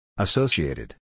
Associated